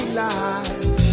life